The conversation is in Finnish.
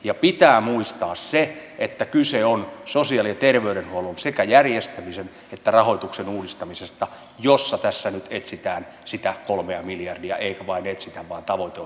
ja pitää muistaa se että kyse on sosiaali ja terveydenhuollon sekä järjestämisen että rahoituksen uudistamisesta jossa tässä nyt etsitään sitä kolmea miljardia eikä vain etsitä vaan tavoite on täysin selkeä